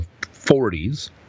40s